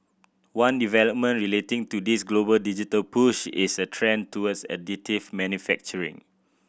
one development relating to this global digital push is a trend towards additive manufacturing